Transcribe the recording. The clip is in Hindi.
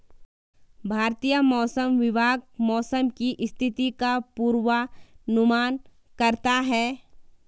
भारतीय मौसम विभाग मौसम की स्थिति का पूर्वानुमान करता है